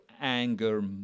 anger